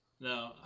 No